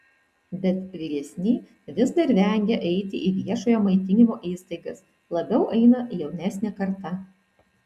bet vyresni vis dar vengia eiti į viešojo maitinimo įstaigas labiau eina jaunesnė karta